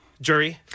jury